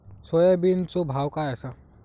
सोयाबीनचो भाव काय आसा?